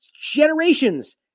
generations